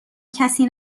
کسی